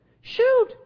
Shoot